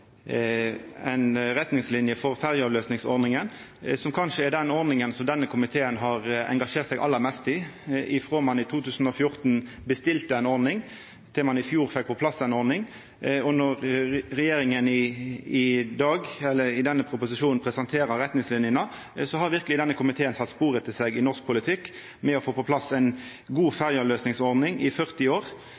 ein i 2014 bestilte ei ordning, til ein i fjor fekk på plass ei ordning. Når regjeringa i denne proposisjonen presenterer retningslinjene, har verkeleg denne komiteen sett spor etter seg i norsk politikk, ved å få på plass ei god ferjeavløysingsordning i 40 år.